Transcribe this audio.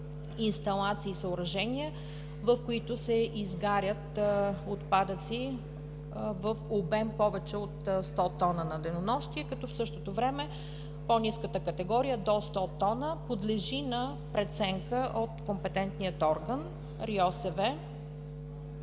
инсталации и съоръжения, в които се изгарят отпадъци в обем повече от 100 тона на денонощие, като в същото време по-ниската категория до 100 тона подлежи на преценка от компетентния орган – РИОСВ.